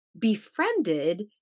befriended